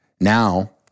Now